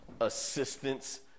assistance